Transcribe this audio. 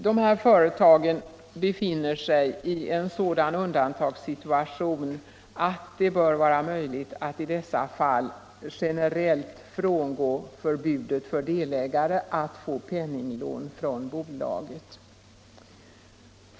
Dessa företag befinner sig i en sådan undantagssituation att det bör vara möjligt att i de fallen generellt frångå förbudet för delägare att få penninglån från bolaget.